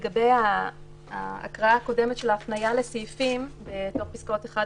לגבי ההקראה הקודמת של ההפנייה לסעיפים בתוך פסקאות (1),